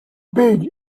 big